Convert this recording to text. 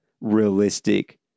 realistic